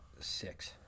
six